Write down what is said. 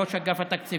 ראש אגף התקציבים,